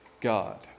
God